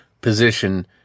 position